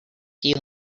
vip